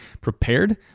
prepared